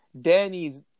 Danny's